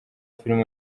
filime